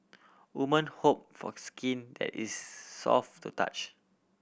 woman hope for skin that is soft to touch